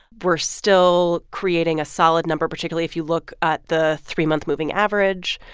we're still creating a solid number, particularly if you look at the three-month moving average.